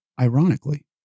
ironically